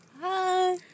Hi